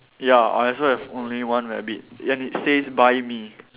ya I also only have one rabbit and it says buy me